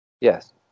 Yes